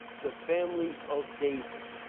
the family of david.